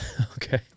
Okay